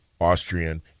Austrian